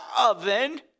oven